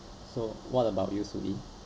so what about you soo ee